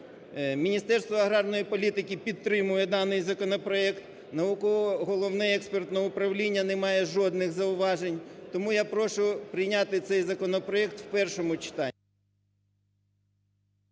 Міністерство аграрної політики підтримує даний законопроект, Головне науково-експертне управління не має жодних зауважень. Тому я прошу прийняти цей законопроект в першому читанні.